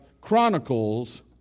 chronicles